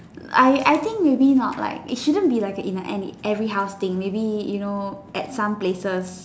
I I think maybe not like it shouldn't be like in a in every house thing like maybe you know in some places